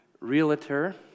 realtor